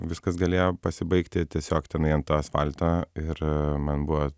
viskas galėjo pasibaigti tiesiog tenai ant asfalto ir man buvo